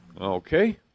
okay